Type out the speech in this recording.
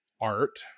art